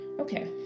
Okay